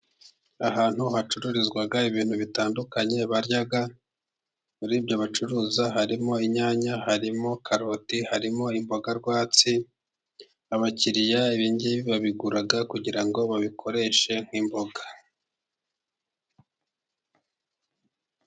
Ahantu hacururizwa ibintu bitandukanye barya. Muri ibyo bacuruza harimo inyanya, harimo karoti, harimo imboga rwatsi. Abakiriya ibingibi babigura kugira ngo babikoreshe nk'imboga.